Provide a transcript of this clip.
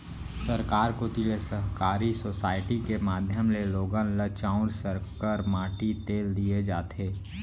सरकार कोती ले सहकारी सोसाइटी के माध्यम ले लोगन ल चाँउर, सक्कर, माटी तेल दिये जाथे